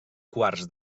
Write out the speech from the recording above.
quarts